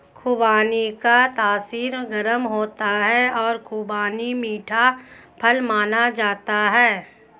खुबानी का तासीर गर्म होता है और खुबानी मीठा फल माना जाता है